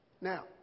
Now